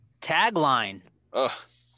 Tagline